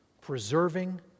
preserving